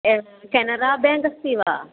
Canara bank अस्ति वा